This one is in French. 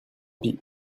pis